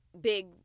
big